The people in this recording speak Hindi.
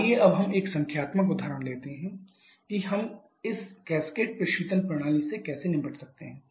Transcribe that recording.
आइए अब हम एक संख्यात्मक उदाहरण लेते हैं कि हम इस कैस्केड प्रशीतन प्रणाली से कैसे निपट सकते हैं